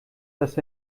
dass